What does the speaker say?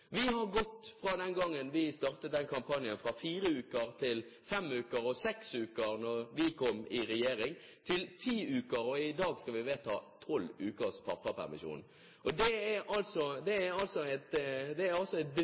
Vi har fra den gang vi startet den kampanjen, gått fra fire uker til fem og seks uker – da vi kom i regjering – til ti uker, og i dag skal vi vedta tolv ukers pappapermisjon. Det er altså et